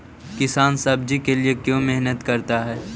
किसान सब्जी के लिए क्यों मेहनत करता है?